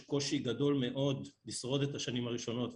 קושי גדול מאוד לשרוד את השנים הראשונות,